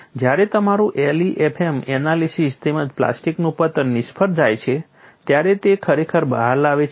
જ્યારે તમારું LEFM analysis તેમજ પ્લાસ્ટિકનું પતન નિષ્ફળ જાય છે ત્યારે તે ખરેખર બહાર લાવે છે